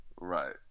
right